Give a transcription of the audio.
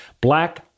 black